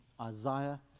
Isaiah